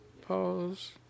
Pause